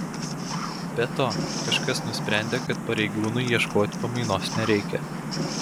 be to kažkas nusprendė kad pareigūnui ieškoti pamainos nereikia